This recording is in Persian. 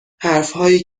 حرفهایی